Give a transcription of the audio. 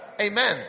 amen